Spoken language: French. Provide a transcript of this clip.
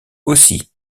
aussi